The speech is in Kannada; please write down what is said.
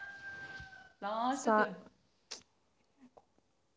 ಸಾಲದ ಹಣವನ್ನು ಯಾವ ಡೇಟಿಗೆ ಲಾಸ್ಟ್ ಪೇ ಮಾಡುವುದು?